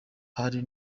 hari